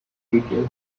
details